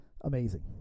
amazing